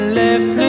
left